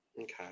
Okay